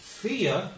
fear